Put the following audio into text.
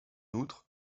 outre